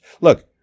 Look